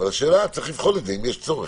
אבל צריך לבחון אם יש צורך.